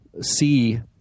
see